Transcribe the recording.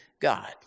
God